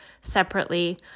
separately